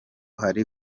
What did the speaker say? hari